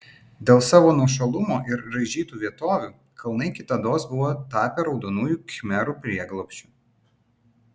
dėl savo nuošalumo ir raižytų vietovių kalnai kitados buvo tapę raudonųjų khmerų prieglobsčiu